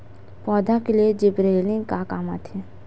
पौधा के लिए जिबरेलीन का काम आथे?